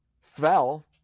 fell